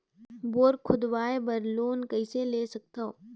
Bore खोदवाय बर loan कइसे ले सकथव?